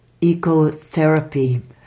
Ecotherapy